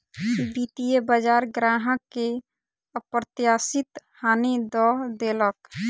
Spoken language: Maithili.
वित्तीय बजार ग्राहक के अप्रत्याशित हानि दअ देलक